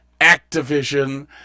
Activision